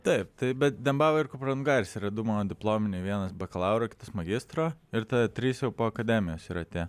taip taip bet dembava ir kupranugaris yra du mano diplominiai vienas bakalauro magistro ir trys jau po akademijos yra tie